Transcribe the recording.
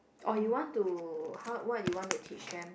or you want to how what you want to teach them